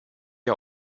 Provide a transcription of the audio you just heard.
are